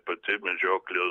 pati medžioklė